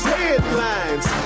headlines